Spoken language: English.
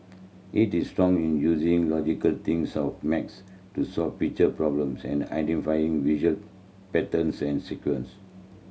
he strong in using logical thinks of max to solve picture problems and identifying visual patterns and sequence